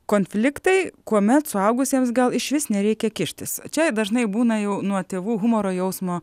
konfliktai kuomet suaugusiems gal išvis nereikia kištis čia dažnai būna jau nuo tėvų humoro jausmo